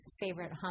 favorite